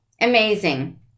amazing